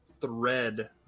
thread